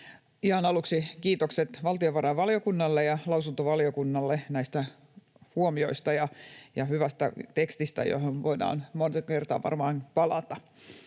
Ihan aluksi kiitokset valtiovarainvaliokunnalle ja lausuntovaliokunnille näistä huomioista ja hyvästä tekstistä, johon voidaan monta kertaa varmaan palata.